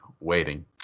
waiting